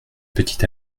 petit